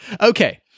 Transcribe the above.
Okay